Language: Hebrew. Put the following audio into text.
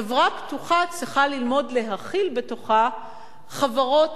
חברה פתוחה צריכה ללמוד להכיל בתוכה חברות-משנה,